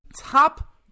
top